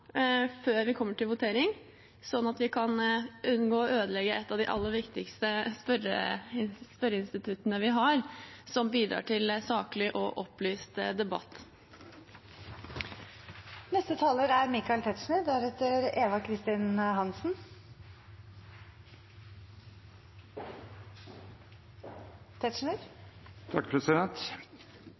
vi kommer til votering, sånn at vi kan unngå å ødelegge et av de aller viktigste spørreinstituttene vi har, som bidrar til saklig og opplyst debatt. Den beste veien til å ha saklig debatt er